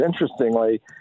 Interestingly